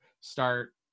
Start